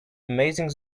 amazing